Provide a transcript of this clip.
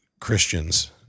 Christians